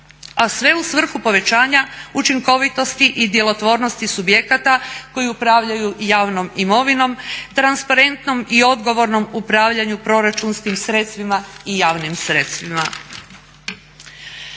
a sve u svrhu povećanja učinkovitosti i djelotvornosti subjekata koji upravljaju javnom imovinom, transparentnom i odgovornom upravljanju proračunskim sredstvima i javnim sredstvima.